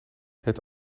het